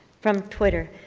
from twitter.